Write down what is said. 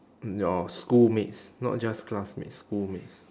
mm your schoolmates not just classmates schoolmates